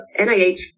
NIH